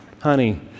honey